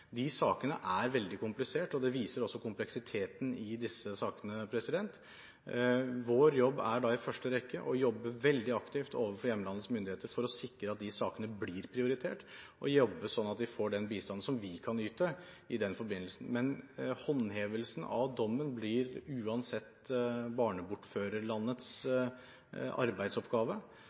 De sakene er veldig kompliserte, og det viser også kompleksiteten i disse sakene. Vår jobb er i første rekke å arbeide veldig aktivt overfor hjemlandets myndigheter for å sikre at de sakene blir prioritert og å jobbe sånn at de får den bistanden som vi kan yte i den forbindelsen, men håndhevelsen av dommen blir uansett barnebortførerlandets arbeidsoppgave.